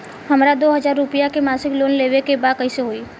हमरा दो हज़ार रुपया के मासिक लोन लेवे के बा कइसे होई?